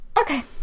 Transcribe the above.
Okay